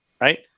right